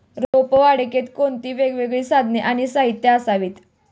रोपवाटिकेत कोणती वेगवेगळी साधने आणि साहित्य असावीत?